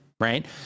right